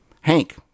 Hank